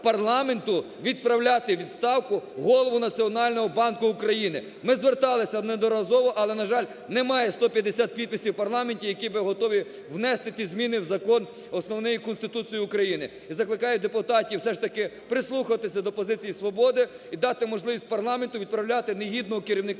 відправляти у відставку голову Національного банку України. Ми зверталися неодноразово, але, на жаль, немає 150 підписів у парламенті, які би готові внести ці зміни у Закон Основний – Конституцію України. І закликаю депутатів все ж таки прислухатися до позиції "Свободи" і дати можливість парламенту відправляти негідного керівника